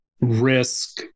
risk